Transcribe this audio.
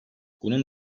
bunun